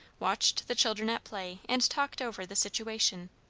watched the children at play, and talked over the situation.